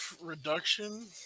reduction